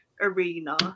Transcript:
arena